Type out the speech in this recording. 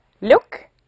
Look